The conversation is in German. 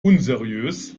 unseriös